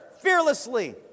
fearlessly